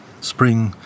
spring